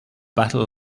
battle